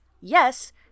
yes